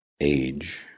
Age